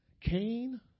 Cain